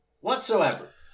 whatsoever